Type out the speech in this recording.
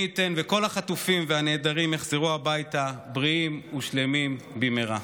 מי ייתן וכל החטופים והנעדרים יחזרו הביתה בריאים ושלמים במהרה.